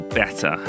better